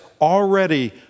already